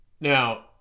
Now